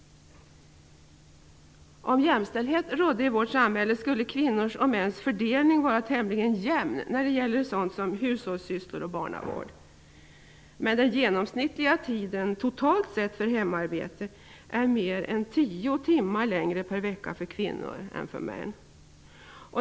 Om jämställdhet rådde i vårt samhälle skulle kvinnors och mäns fördelning vara tämligen jämn när det gäller sådant som hushållssysslor och barnavård. Men den genomsnittliga tiden totalt sett för hemarbete är mer än tio timmar längre per vecka för kvinnor än för män.